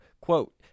Quote